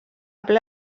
ple